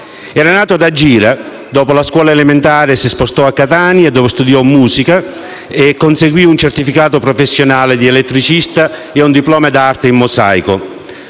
Nato ad Agira, dopo la scuola elementare si spostò a Catania, dove studiò musica e conseguì un certificato professionale di elettricista e un diploma d'arte in mosaico.